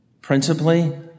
principally